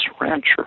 rancher